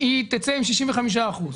היא תצא עם 65 אחוזים.